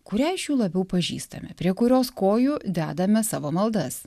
kurią iš jų labiau pažįstame prie kurios kojų dedame savo maldas